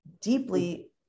deeply